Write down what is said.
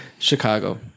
Chicago